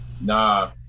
Nah